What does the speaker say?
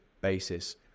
basis